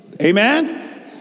Amen